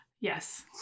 Yes